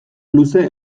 luze